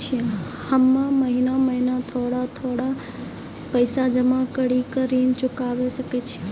हम्मे महीना महीना थोड़ा थोड़ा पैसा जमा कड़ी के ऋण चुकाबै सकय छियै?